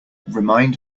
remind